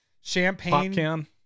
champagne